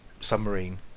Submarine